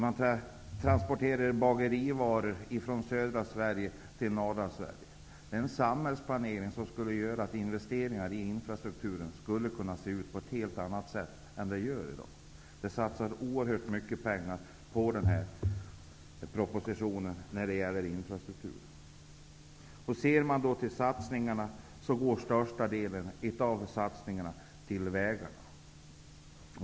Man transporterar bagerivaror från södra till norra Sverige. En samhällsplanering skulle göra att investeringar i infrastrukturen skulle kunna se ut på ett helt annat än vad den gör i dag. Det satsas i propositionen oerhört mycket pengar på infrastruktur. Av de satsningar som görs går den största delen i dag till vägarna.